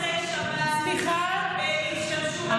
לפני שבועיים במוצאי שבת השתמשו,